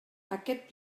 aquest